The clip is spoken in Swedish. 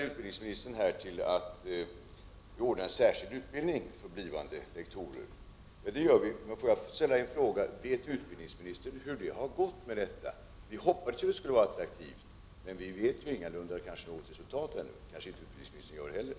Utbildningsministern hänvisar till att vi ordnar särskild utbildning för blivande lektorer. Det gör vi. Vet utbildningsministern vad det har blivit för resultat? Vi hoppades att utbildningen skulle vara attraktiv, men vi vet inte hur det har gått. Vet utbildningsministern något om det?